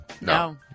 No